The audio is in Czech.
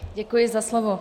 Děkuji za slovo.